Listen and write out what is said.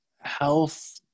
Health